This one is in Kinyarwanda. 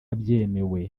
byemewe